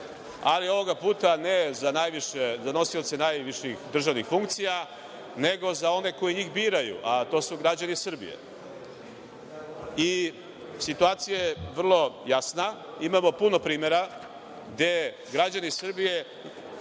ali ovoga puta ne za nosioce najviših državnih funkcija, nego za one koji njih biraju, a to su građani Srbije. Situacija je vrlo jasna. Imamo puno primera gde građani Srbije